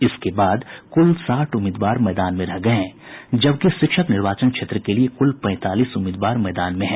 इसके बाद कुल साठ उम्मीदवार मैदान में रह गये हैं जबकि शिक्षक निर्वाचन क्षेत्र के लिये कुल पैंतालीस उम्मीदवार मैदान में हैं